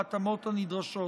בהתאמות הנדרשות.